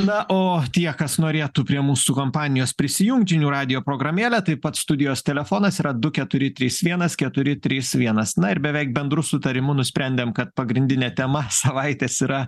na o tie kas norėtų prie mūsų kompanijos prisijungt žinių radijo programėlė taip pat studijos telefonas yra du keturi trys vienas keturi trys vienas na ir beveik bendru sutarimu nusprendėm kad pagrindinė tema savaitės yra